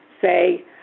say